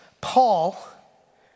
Paul